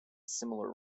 similar